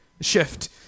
shift